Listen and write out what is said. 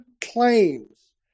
claims